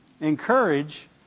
Encourage